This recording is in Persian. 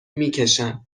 میکشن